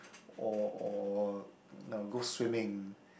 or or now I go swimming